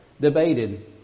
debated